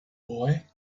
boy